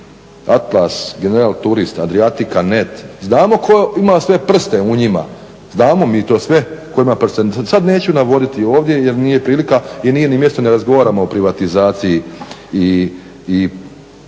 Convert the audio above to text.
Atlas, General turist, Adriatika net, znamo tko ima sve prste u njima, znamo mi to sve tko ima prste. Sad neću navoditi ovdje jer nije prilika jer nije ni mjesto, ne razgovaramo o privatizaciji i pretvorbi.